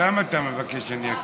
למה אתה מבקש שאני אקפיד?